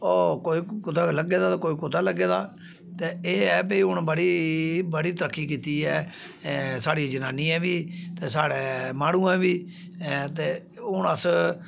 कोई कुतै लग्गे दा ते कोई कुतै लग्गे दा ते एह् ऐ भई हून बड़ी बड़ी तरक्की कीती ऐ साढ़ी जनानियें बी ते साढ़े माह्नुएं बी ते हून अस